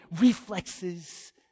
reflexes